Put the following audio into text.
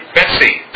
Bessie